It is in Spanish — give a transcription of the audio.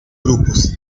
grupos